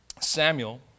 Samuel